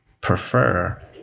prefer